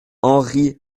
henri